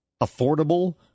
affordable